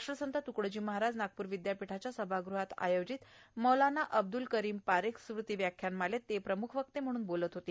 राष्ट्रसंत तुकडोजी महाराज नागपूर विद्यापीठाच्या सभागृहात आयोजित मौलाना अब्दुल करीम पारेख स्मृती व्याख्यान मालेत ते प्रमुख वक्ते म्हणून बोलत होते